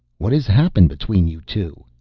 what has happened between you two?